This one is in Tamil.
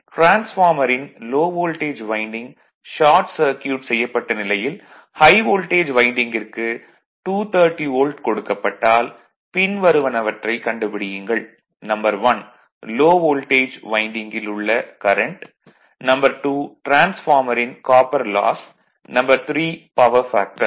டிரான்ஸ்பார்மரின் low voltage winding short circuit செய்யப்பட்ட நிலையில் ஹை வோல்டேஜ் வைண்டிங்கிற்கு 230 வோல்ட் கொடுக்கப்பட்டால் பின்வருவனவற்றைக் கண்டுபிடியுங்கள் 1 லோ வோல்டேஜ் வைண்டிங்கில் உள்ள கரண்ட் 2 டிரான்ஸ்பார்மரின் காப்பர் லாஸ் 3 பவர் ஃபேக்டர்